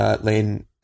Lane